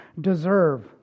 deserve